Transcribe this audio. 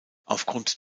aufgrund